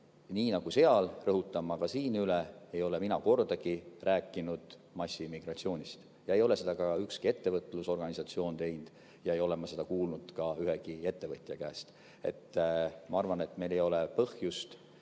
Nii nagu seal rõhutan ma ka siin üle, et ei ole mina kordagi rääkinud massiimmigratsioonist ja ei ole seda teinud ka ükski ettevõtlusorganisatsioon ja ma ei ole seda kuulnud ka ühegi ettevõtja käest. Ma arvan, et meil ei ole põhjust